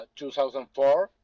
2004